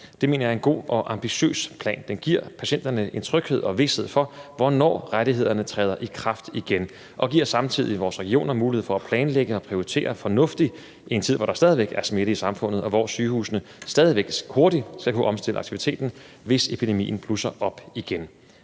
Det mener jeg er en god og ambitiøs plan. Den giver patienterne en tryghed og vished for, hvornår rettighederne træder i kraft igen, og den giver samtidig vores regioner mulighed for at planlægge og prioritere fornuftigt i en tid, hvor der stadig væk er smitte i samfundet, og hvor sygehusene stadig væk hurtigt skal kunne omstille aktiviteten, hvis epidemien blusser op igen.